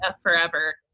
forever